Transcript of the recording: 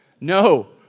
No